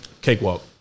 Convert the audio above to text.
Cakewalk